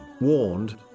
warned